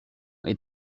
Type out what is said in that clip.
est